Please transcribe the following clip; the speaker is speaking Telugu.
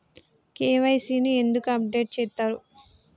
కే.వై.సీ ని ఎందుకు అప్డేట్ చేత్తరు?